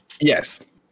Yes